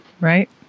Right